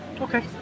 Okay